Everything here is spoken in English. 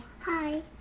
Hi